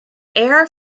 air